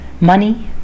money